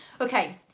Okay